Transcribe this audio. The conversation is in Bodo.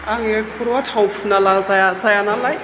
आंनि खर'आ थाव फुनाब्ला जाया जाया नालाय